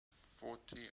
forty